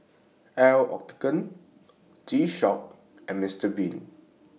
L'Occitane G Shock and Mr Bean